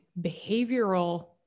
behavioral